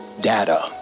data